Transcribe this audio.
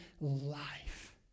life